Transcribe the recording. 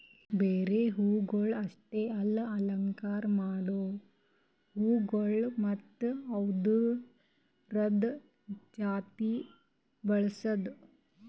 ಬರೀ ಹೂವುಗೊಳ್ ಅಷ್ಟೆ ಅಲ್ಲಾ ಅಲಂಕಾರ ಮಾಡೋ ಹೂಗೊಳ್ ಮತ್ತ ಅವ್ದುರದ್ ಜಾತಿ ಬೆಳಸದ್